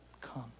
Come